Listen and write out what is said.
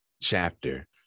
chapter